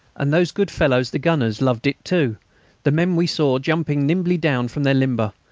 and those good fellows the gunners loved it too the men we saw jumping nimbly down from their limber,